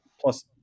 Plus